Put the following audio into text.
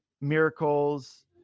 miracles